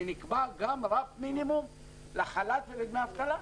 שנקבע גם רף מינימום לחל"ת ולדמי אבטלה.